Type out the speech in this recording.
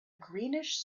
greenish